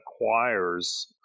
acquires